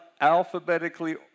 alphabetically